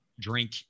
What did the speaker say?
drink